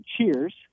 Cheers